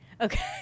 Okay